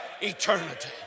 eternity